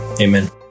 Amen